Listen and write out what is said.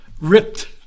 Ripped